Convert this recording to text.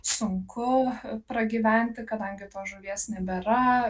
sunku pragyventi kadangi tos žuvies nebėra